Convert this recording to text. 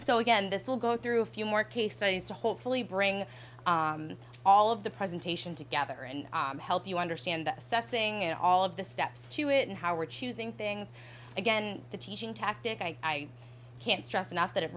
so again this will go through a few more case studies to hopefully bring all of the presentation together and help you understand the assessing and all of the steps to it and how we're choosing things again the teaching tactic i can't stress enough that it